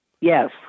Yes